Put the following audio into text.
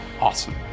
awesome